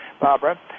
Barbara